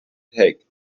take